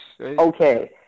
okay